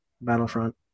Battlefront